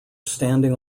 standing